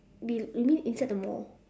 below you mean inside the mall